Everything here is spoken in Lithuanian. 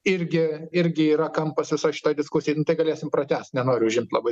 irgi irgi yra kampas visoj šitoj diskusijoj nu tai galėsim pratęst nenoriu užimt labai